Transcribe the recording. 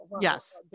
Yes